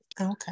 Okay